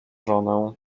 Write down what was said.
żonę